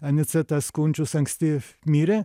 anicetas kunčius anksti mirė